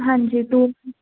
ਹਾਂਜੀ ਟੂ